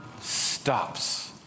stops